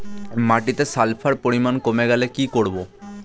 মাটিতে সালফার পরিমাণ কমে গেলে কি করব?